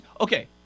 Okay